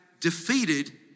defeated